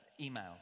email